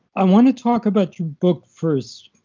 i want to talk about your book first.